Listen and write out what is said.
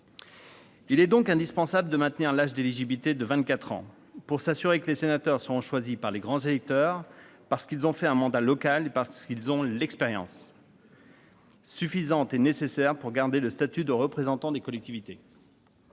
Il est donc indispensable de maintenir l'âge d'éligibilité de vingt-quatre ans pour s'assurer que les sénateurs seront choisis par les grands électeurs, parce qu'ils ont accompli un mandat local et parce qu'ils ont l'expérience suffisante et nécessaire pour garder le statut de représentant des collectivités.